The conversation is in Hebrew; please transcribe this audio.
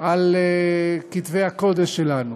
על כתבי הקודש שלנו,